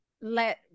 let